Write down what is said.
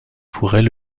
pourrait